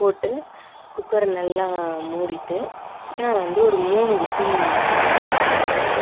போட்டு குக்கரை நல்லா மூடிவிட்டு நான் வந்த மூணு விசில் வச்சுருந்தேன்